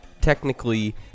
technically